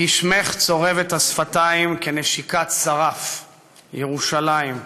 "כי שמך צורב את השפתיים כנשיקת שרף", ירושלים.